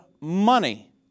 money